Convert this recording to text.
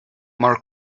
more